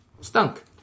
stunk